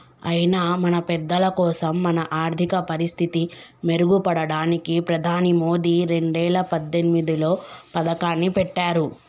అయినా మన పెద్దలకోసం మన ఆర్థిక పరిస్థితి మెరుగుపడడానికి ప్రధాని మోదీ రెండేల పద్దెనిమిదిలో పథకాన్ని పెట్టారు